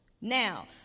Now